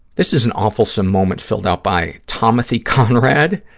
this is an awfulsome moment filled out by tommathy conrad.